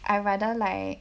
I rather like